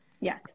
Yes